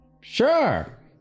Sure